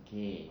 okay